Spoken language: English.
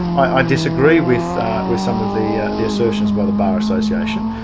i disagree with with some of the the assertions by the bar association,